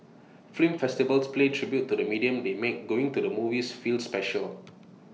film festivals to play tribute to the medium they make going to the movies feel special